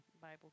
Bible